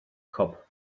cop